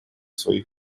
своих